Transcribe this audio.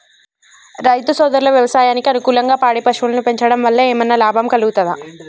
రైతు సోదరులు వ్యవసాయానికి అనుకూలంగా పాడి పశువులను పెంచడం వల్ల ఏమన్నా లాభం కలుగుతదా?